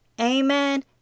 Amen